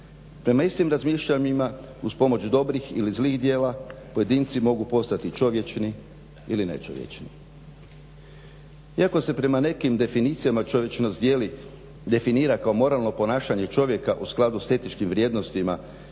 Prema istim razmišljanjima uz pomoć dobrih ili zlih djela pojedinci mogu postati čovječni ili nečovječni. Iako se prema nekim definicijama čovječnost dijeli, definira kao moralno ponašanje čovjeka u skladu s etičkim vrijednostima